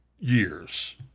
years